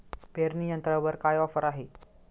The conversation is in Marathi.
पेरणी यंत्रावर काय ऑफर आहे?